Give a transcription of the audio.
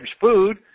food